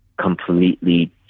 completely